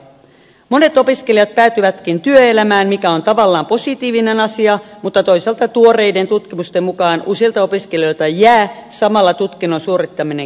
monet opiskelijat päätyvätkin työelämään mikä on tavallaan positiivinen asia mutta toisaalta tuoreiden tutkimusten mukaan useilta opiskelijoilta jää samalla tutkinnon suorittaminen kesken